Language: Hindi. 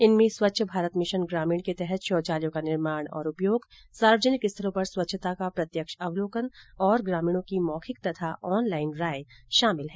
इनमें स्वच्छ मारत मिशन ग्रामीण के तहत शौचालयों का निर्माण और उपयोग सार्वजनिक स्थलों पर स्वच्छता का प्रत्यक्ष अवलोकन और ग्रामीणों की मौखिक तथा ऑनलाईन राय शामिल है